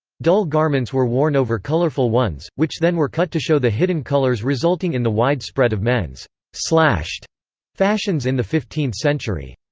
dull garments were worn over colourful ones, which then were cut to show the hidden colours resulting in the wide spread of men's slashed fashions in the fifteenth century.